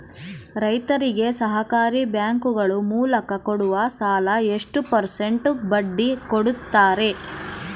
ರೈತರಿಗೆ ಸಹಕಾರಿ ಬ್ಯಾಂಕುಗಳ ಮೂಲಕ ಕೊಡುವ ಸಾಲ ಎಷ್ಟು ಪರ್ಸೆಂಟ್ ಬಡ್ಡಿ ಕೊಡುತ್ತಾರೆ?